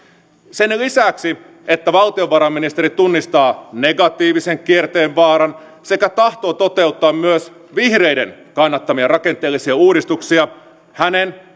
sen lisäksi että valtiovarainministeri tunnistaa negatiivisen kierteen vaaran sekä tahtoo toteuttaa myös vihreiden kannattamia rakenteellisia uudistuksia hänen